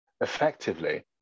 effectively